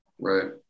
Right